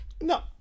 No